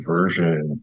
version